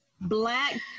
black